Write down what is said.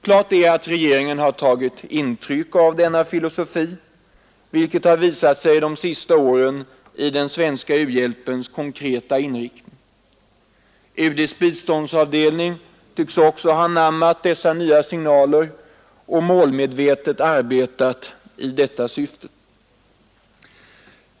Klart är att regeringen tagit intryck av denna filosofi, vilket visat sig de sista åren i den svenska u-hjälpens konkreta inriktning. UD:s biståndsavdelning tycks också ha anammat dessa nya signaler och målmedvetet arbetat i detta syfte.